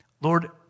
Lord